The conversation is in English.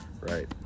right